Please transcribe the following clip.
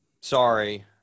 Sorry